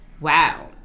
Wow